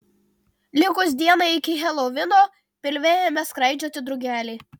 likus dienai iki helovino pilve ėmė skraidžioti drugeliai